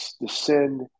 descend